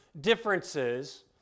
differences